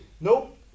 nope